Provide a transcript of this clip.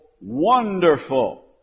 Wonderful